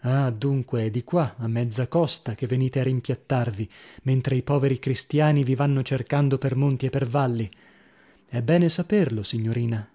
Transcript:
ah dunque è di qua a mezza costa che venite a rimpiattarvi mentre i poveri cristiani vi vanno cercando per monti e per valli è bene saperlo signorina